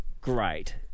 Great